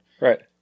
Right